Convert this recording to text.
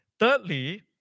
Thirdly